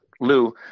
Lou